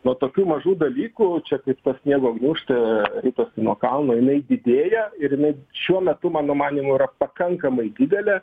nuo tokių mažų dalykų čia kaip ta sniego gniūžtė ritasi nuo kalno jinai didėja ir šiuo metu mano manymu yra pakankamai didelė